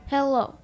Hello